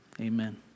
amen